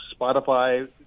Spotify